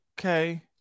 Okay